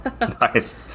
Nice